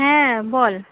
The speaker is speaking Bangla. হ্যাঁ বল